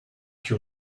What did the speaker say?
que